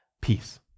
peace